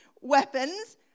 weapons